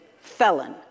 felon